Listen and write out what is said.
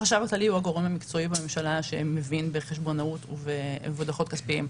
החשב הכללי הוא הגורם המקצועי בממשלה שמבין בחשבונאות ובדוחות כספיים.